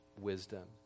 wisdom